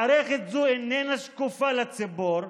מערכת זו איננה שקופה לציבור,